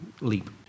leap